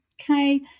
okay